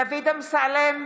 דוד אמסלם,